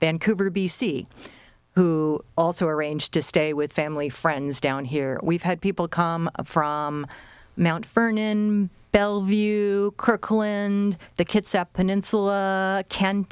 vancouver b c who also arranged to stay with family friends down here we've had people come from mt vernon bellevue kirkland the kids step in insula kan